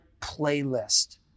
playlist